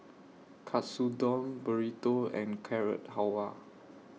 Katsudon Burrito and Carrot Halwa